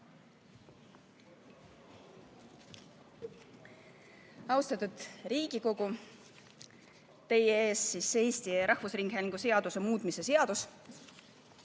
Austatud Riigikogu! Teie ees on Eesti Rahvusringhäälingu seaduse muutmise seaduse